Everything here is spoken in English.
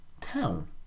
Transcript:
town